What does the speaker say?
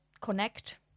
connect